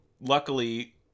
Luckily